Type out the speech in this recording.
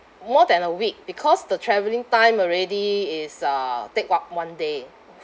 more than a week because the travelling time already is uh take up one day